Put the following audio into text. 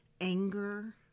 anger